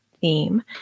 theme